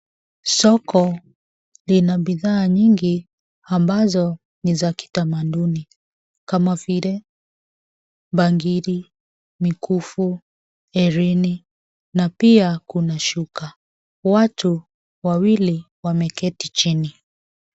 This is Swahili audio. Soko lina bidhaa nyingi ambazo ni za kitamaduni kama vile bangili, mikufu, erini na pia kuna shuka. Watu wawili wameketi chini.